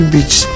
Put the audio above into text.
Beach